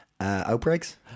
Outbreaks